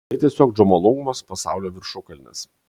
tai tiesiog džomolungmos pasaulio viršukalnės